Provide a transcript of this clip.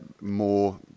more